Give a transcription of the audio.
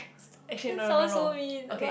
actually no no no no okay